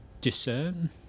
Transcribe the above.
discern